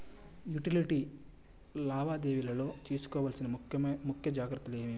Utility లావాదేవీల లో తీసుకోవాల్సిన ముఖ్య జాగ్రత్తలు ఏమేమి?